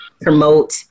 promote